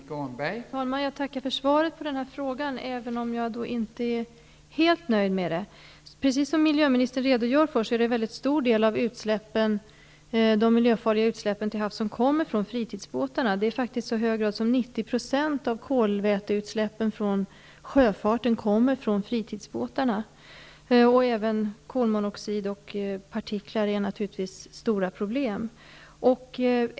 Fru talman! Jag tackar för svaret på denna fråga, även om jag inte är helt nöjd med det. Precis som miljöministern redogör för kommer en stor del av de miljöfarliga utsläppen till havs från fritidsbåtarna. Det är faktiskt så mycket som 90 % av kolväteutsläppen från sjöfarten som kommer från fritidsbåtarna. Även kolmonoxid och partiklar är stora problem.